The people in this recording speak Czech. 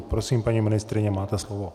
Prosím, paní ministryně, máte slovo.